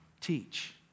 Teach